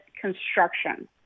construction